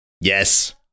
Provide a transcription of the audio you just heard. Yes